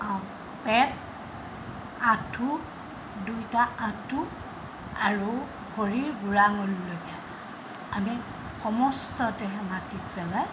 পেট আঠু দুইটা আঠু আৰু ভৰিৰ বুঢ়া আঙুলিলৈকে আমি সমস্ততে মাটিত পেলাই